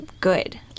good